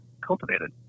cultivated